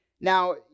Now